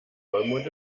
vollmond